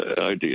idea